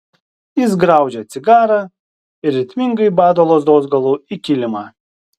jis graužia cigarą ir ritmingai bado lazdos galu į kilimą